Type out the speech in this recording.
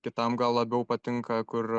kitam gal labiau patinka kur